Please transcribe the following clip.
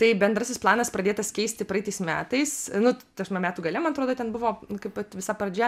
tai bendrasis planas pradėtas keisti praeitais metais nu ta prasme metų gale man atrodo ten buvo kaip vat visa pradžia